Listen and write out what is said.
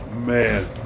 Man